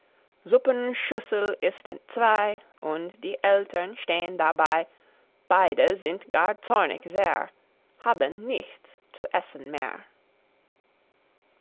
suppenschüssel ist entzwei und die eltern stehn dabei beide sind gar zornig sehr haben nichts zu essen mehr